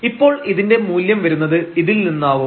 ഇപ്പോൾ ഇതിന്റെ മൂല്യം വരുന്നത് ഇതിൽ നിന്നാവും